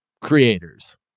creators